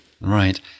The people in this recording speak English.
Right